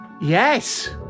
Yes